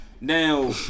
Now